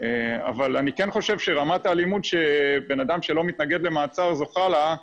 אבל אני כן חושב שרמת האלימות שבן אדם שלא מתנגד למעצר זוכה לה,